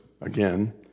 again